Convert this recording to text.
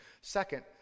Second